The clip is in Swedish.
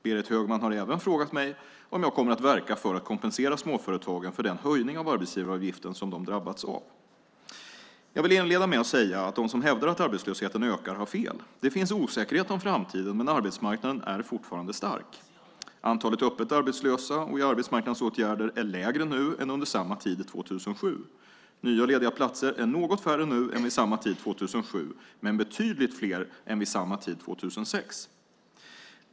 Berit Högman har även frågat mig om jag kommer att verka för att kompensera småföretagen för den höjning av arbetsgivaravgiften som de drabbats av. Jag vill inleda med att säga att de som hävdar att arbetslösheten ökar har fel. Det finns osäkerhet om framtiden, men arbetsmarknaden är fortfarande stark. Antalet öppet arbetslösa och i arbetsmarknadsåtgärder är lägre nu än under samma tid 2007. Nya lediga platser är något färre nu än vid samma tid 2007 men betydligt fler än vid samma tid 2006.